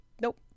Nope